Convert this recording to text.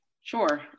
Sure